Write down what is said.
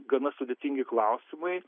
gana sudėtingi klausimai